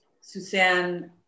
Suzanne